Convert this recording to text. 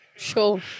Sure